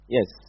Yes